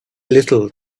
little